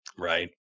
Right